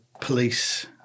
police